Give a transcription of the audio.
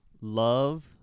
love